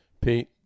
Pete